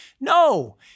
No